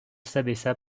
s’abaissa